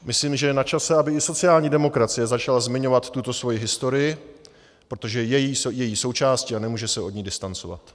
Myslím, že je načase, aby i sociální demokracie začala zmiňovat tuto svoji historii, protože je její součástí a nemůže se od ní distancovat.